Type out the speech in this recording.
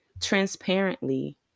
transparently